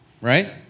right